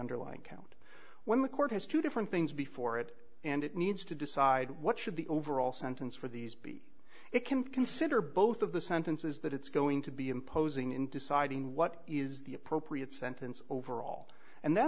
underlying count when the court has two different things before it and it needs to decide what should the overall sentence for these be it can consider both of the sentences that it's going to be imposing in deciding what is the appropriate sentence overall and that